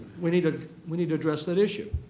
we need ah we need to address that issue.